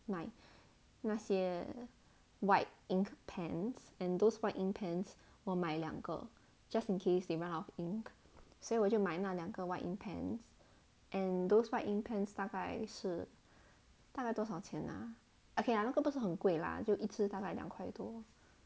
买那些 white ink pens and those white ink pens 我买两个 just in case they run out of ink 所以我就买那两个 white ink pens and those white ink pens 大概是大概多少钱啊 okay lah 那个不是很贵啦就一只大概两块多